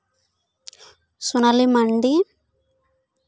ᱥᱳᱱᱟᱞᱤ ᱢᱟᱱᱰᱤ